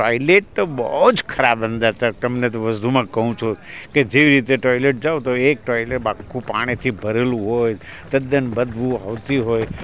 toilet તો બહુ જ ખરાબ અંદર અને તમને તો વધુમાં કહું છું તો જે રીતે ટોઇલેટ જાઓ તો એક ટોઇલેટ આખું પાણીથી ભરેલું હોય તદ્દન બદબુ આવતી હોય